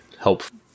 helpful